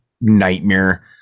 nightmare